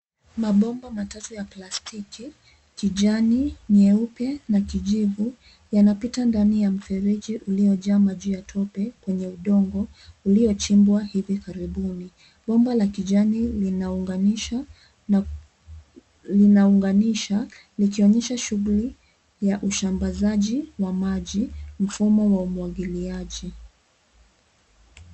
Mabomba matatu ya plastiki, kijani nyeupe, na kijivu, yanapita ndani ya mfereji uliyojaa maji ya tope kwenye udongo uliochimbwa hivi karibuni .Bomba la kijani linaunganisha ,likionyesha shughuli ya usambazaji wa maji, mfumo wa umwagiliaji.